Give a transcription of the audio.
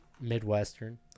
Midwestern